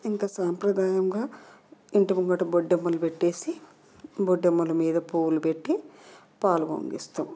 ఇంక సాంప్రదాయంగా ఇంటి ముంగట బొడ్డెమ్మలు పెట్టి బొడ్డెమ్మలు మీద పువ్వులు పెట్టి పాలు పొంగిస్తాం